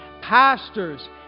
pastors